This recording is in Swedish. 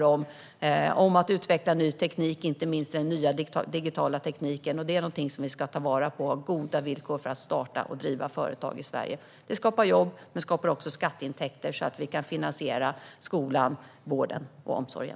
Det handlar om att utveckla ny teknik, inte minst den nya digitala tekniken. Det är någonting som vi ska ta vara på. Det handlar om goda villkor för att starta och driva företag i Sverige. Det skapar jobb. Det skapar också skatteintäkter så att vi kan finanseria skolan, vården och omsorgen.